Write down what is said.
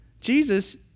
Jesus